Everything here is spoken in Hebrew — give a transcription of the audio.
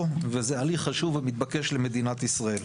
וזה היה לי חשוב ומתבקש למדינת ישראל,